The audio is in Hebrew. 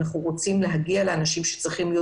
אנחנו רוצים להגיע לאנשים שצריכים להיות